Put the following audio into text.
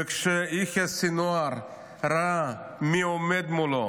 וכשיחיא סנוואר ראה מי עומד מולו,